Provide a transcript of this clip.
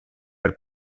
per